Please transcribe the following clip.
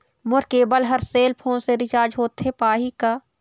मोर केबल हर cell phone से रिचार्ज होथे पाही का?